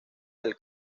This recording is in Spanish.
del